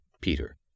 Peter